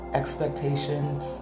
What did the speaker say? expectations